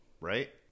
Right